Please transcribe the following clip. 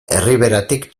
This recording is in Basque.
erriberatik